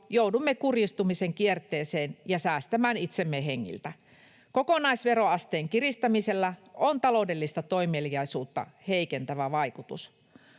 joudumme kurjistumisen kierteeseen ja säästämään itsemme hengiltä. Kokonaisveroasteen kiristämisellä on taloudellista toimeliaisuutta heikentävä vaikutus.